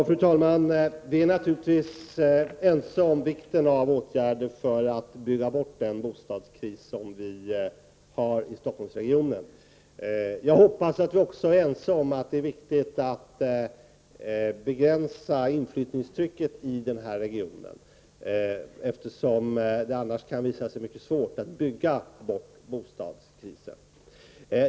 Fru talman! Vi är naturligtvis ense om vikten av åtgärder för att bygga bort den bostadskris som råder i Stockholmsregionen. Jag hoppas att vi också är ense om att det är viktigt att begränsa inflyttningstrycket i den regionen, eftersom det annars kan visa sig vara mycket svårt att bygga bort bostadskrisen.